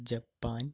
Japan